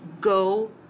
Go